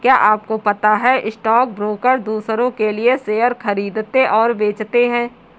क्या आपको पता है स्टॉक ब्रोकर दुसरो के लिए शेयर खरीदते और बेचते है?